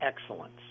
excellence